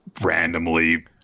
randomly